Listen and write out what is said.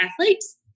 athletes